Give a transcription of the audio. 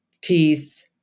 teeth